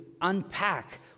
unpack